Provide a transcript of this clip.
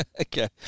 Okay